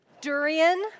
Durian